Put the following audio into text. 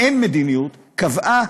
האין-מדיניות קבעה,